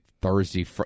Thursday